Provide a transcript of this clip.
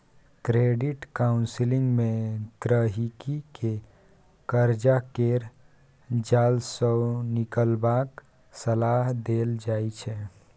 credit counselling मे गहिंकी केँ करजा केर जाल सँ निकलबाक सलाह देल जाइ छै